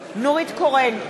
נורית קורן,